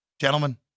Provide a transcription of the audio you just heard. Gentlemen